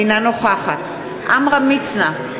אינה נוכחת עמרם מצנע,